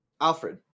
Alfred